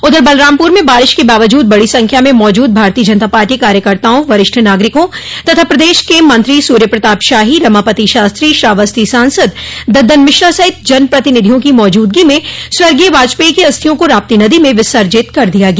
उधर बलरामपुर में बारिश के बावजूद बड़ी संख्या में मौजूद भाजपा कार्यकर्ताओं वरिष्ठ नागरिकों तथा प्रदेश के मंत्री सूर्यप्रताप शाही रमापति शास्त्री श्रावस्ती सांसद दद्दन मिश्रा सहित जनप्रतिनिधियों की मौजूदगी में स्वर्गीय वाजपेई की अस्थियों को राप्ती नदी में विसर्जित कर दिया गया